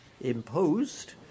imposed